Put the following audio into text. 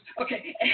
Okay